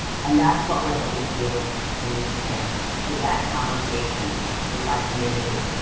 and that's what we're hoping to be able to continue today is that conversation with our community.